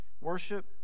Worship